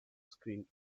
screen